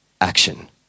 action